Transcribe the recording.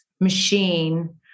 machine